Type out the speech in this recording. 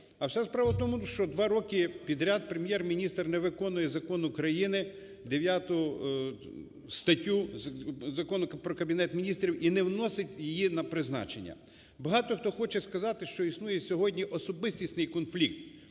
А вся справа в тому, що два роки підряд Прем'єр-міністр не виконує закон України, 9 статтю Закону про Кабінет Міністрів і не вносить її на призначення. Багато хто хоче сказати, що існує сьогодні особистісній конфлікт